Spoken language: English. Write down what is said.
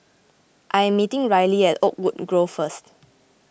I am meeting Rylee at Oakwood Grove first